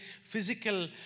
physical